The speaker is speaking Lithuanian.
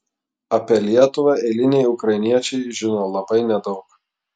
apie lietuvą eiliniai ukrainiečiai žino labai nedaug